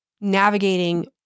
navigating